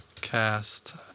Cast